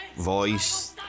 voice